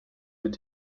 mit